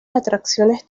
atracciones